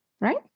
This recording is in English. right